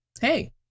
Hey